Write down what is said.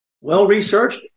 well-researched